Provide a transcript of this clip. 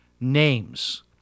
names